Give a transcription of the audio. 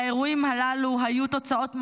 לאירועים הללו תוצאות מחרידות: